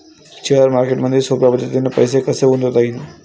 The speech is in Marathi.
शेअर मार्केटमधी सोप्या पद्धतीने पैसे कसे गुंतवता येईन?